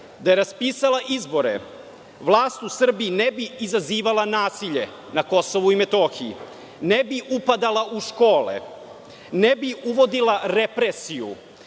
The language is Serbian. je raspisala izbore, vlast u Srbiji ne bi izazivala nasilje na Kosovu i Metohiji, ne bi upadala u škole, ne bi uvodila represiju